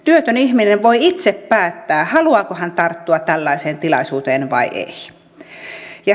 työtön ihminen voi itse päättää haluaako hän tarttua tällaiseen tilaisuuteen vai ei